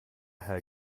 herr